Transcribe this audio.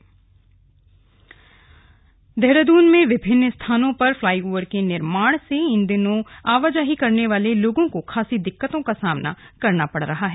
flyover निर्माण देहरादून में विभिन्न स्थानों पर फ्लाईओवर के निर्माण से इन दिनों आवाजाही करने वाले लोगों को खासी दिक्कतों का सामना करना पड़ रहा है